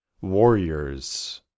warriors